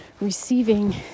receiving